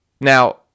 Now